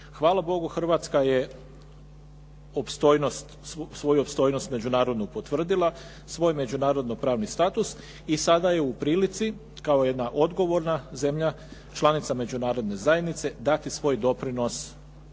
Hvala Bogu hrvatska je opstojnost, svoju opstojnost međunarodnu potvrdila, svoj međunarodno-pravni status i sada je u prilici kao jedna odgovorna zemlja članica Međunarodne zajednice dati svoj doprinos